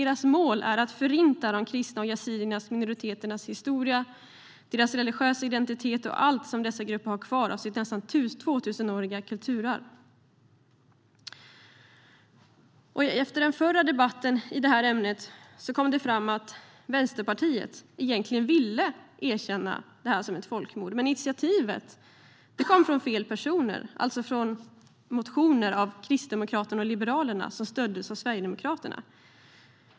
Målet är att förinta de kristna och yazidiska minoriteternas historia, deras religiösa identitet och allt som dessa grupper har kvar av sitt nästan 2000-åriga kulturarv. Efter den förra debatten i ämnet kom det fram att Vänsterpartiet egentligen ville erkänna detta som folkmord, men initiativet kom från fel personer - från motioner av Kristdemokraterna och Liberalerna som stöddes av Sverigedemokraterna.